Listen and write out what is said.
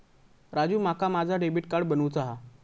राजू, माका माझा debit card बनवूचा हा